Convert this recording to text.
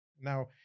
Now